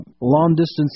long-distance